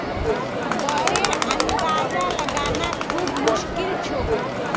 दरेर अंदाजा लगाना खूब मुश्किल छोक